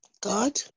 God